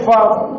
Father